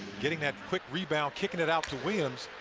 getting that quick rebound, kicking it out to williams.